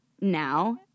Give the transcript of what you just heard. Now